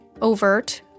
overt